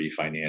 refinance